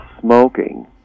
smoking